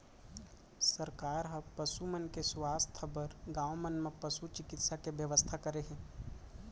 सरकार ह पसु मन के सुवास्थ बर गॉंव मन म पसु चिकित्सा के बेवस्था करे हे